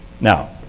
Now